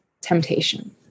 temptation